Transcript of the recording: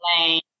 Lane